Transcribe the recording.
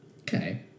Okay